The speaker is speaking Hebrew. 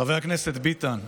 חבר הכנסת ביטן,